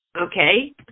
Okay